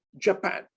japan